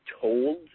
told